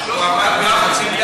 הוא עמד בהרבה לחצים.